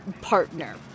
partner